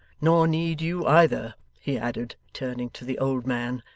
nor need you either he added, turning to the old man,